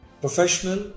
professional